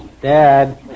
Dad